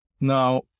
Now